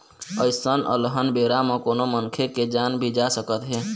अइसन अलहन बेरा म कोनो मनखे के जान भी जा सकत हे